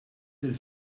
lil